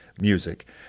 music